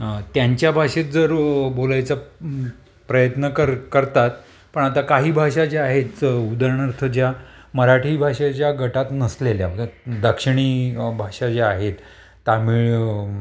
त्यांच्या भाषेत जर बोलायचं प्रयत्न कर करतात पण आता काही भाषा ज्या आहेतच उदारणार्थ ज्या मराठी भाषेच्या गटात नसलेल्या दक्षिणी भाषा ज्या आहेत तामिळ